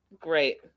great